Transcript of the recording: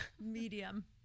medium